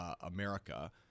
America